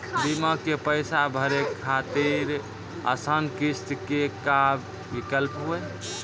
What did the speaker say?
बीमा के पैसा भरे खातिर आसान किस्त के का विकल्प हुई?